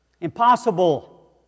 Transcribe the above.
Impossible